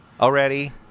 already